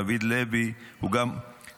דוד לוי הוא גם --- זה לא נכון.